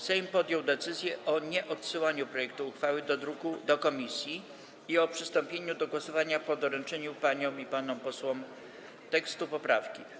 Sejm podjął decyzję o nieodsyłaniu projektu uchwały do komisji i o przystąpieniu do głosowania po doręczeniu paniom i panom posłom tekstu poprawki.